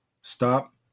Stop